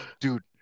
dude